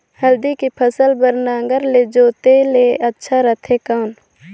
हल्दी के फसल बार नागर ले जोते ले अच्छा रथे कौन?